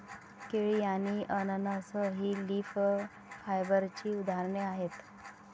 केळी आणि अननस ही लीफ फायबरची उदाहरणे आहेत